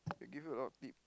they give you a lot of tip